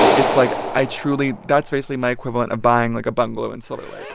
it's like i truly that's basically my equivalent of buying, like, a bungalow in silver lake